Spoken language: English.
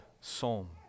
psalm